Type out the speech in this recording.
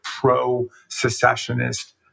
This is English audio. pro-secessionist